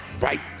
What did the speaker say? right